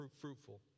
fruitful